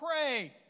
pray